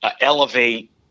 elevate